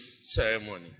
ceremony